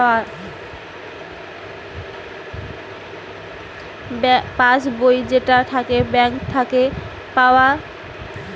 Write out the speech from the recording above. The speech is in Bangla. পাস্ বই যেইটা থাকে ব্যাঙ্ক থাকে পাওয়া